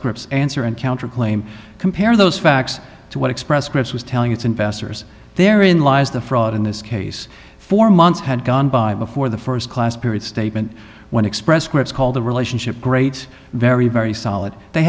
scripts answer and counter claim compare those facts to what express scripts was telling its investors there in lies the fraud in this case for months had gone by before the first class period statement when express scripts called the relationship great very very solid they